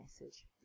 message